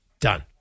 Done